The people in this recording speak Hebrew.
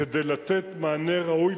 כדי לתת מענה ראוי.